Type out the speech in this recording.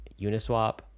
Uniswap